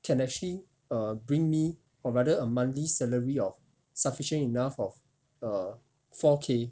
can actually err bring me or rather a monthly salary of sufficient enough of err four K